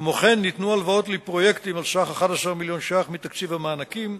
כמו כן ניתנו הלוואות לפרויקטים בסך 11 מיליון ש"ח מתקציב המענקים,